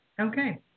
okay